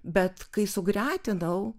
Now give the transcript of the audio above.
bet kai sugretinau